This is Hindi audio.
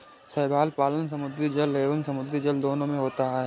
शैवाल पालन समुद्री जल एवं शुद्धजल दोनों में होता है